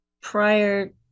Prior